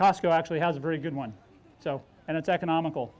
costco actually has a very good one so and it's economical